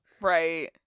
Right